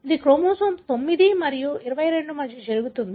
ఇది క్రోమోజోమ్ 9 మరియు 22 మధ్య జరుగుతుంది